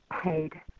paid